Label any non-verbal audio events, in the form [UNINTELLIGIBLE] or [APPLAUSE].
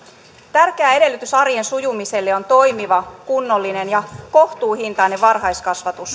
tärkeä edellytys arjen sujumiselle on toimiva kunnollinen ja kohtuuhintainen varhaiskasvatus [UNINTELLIGIBLE]